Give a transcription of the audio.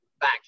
back